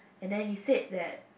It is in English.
and then he said that